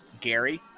Gary